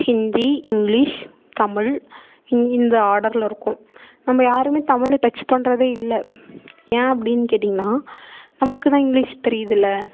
Hindi English Tamil இந்த ஆர்டரில் இருக்கும் நம்ம யாருமே தமிழ டச் பண்ணுறதே இல்லை ஏன் அப்படின்னு கேட்டீங்கன்னா நம்மளுக்குதான் இங்கிலீஷ் தெரியுதுல்லை